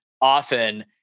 often